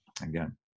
again